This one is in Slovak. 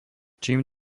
čím